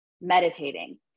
meditating